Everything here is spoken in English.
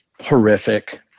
horrific